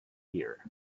here